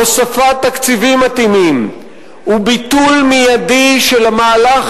הוספת תקציבים מתאימים וביטול מיידי של המהלך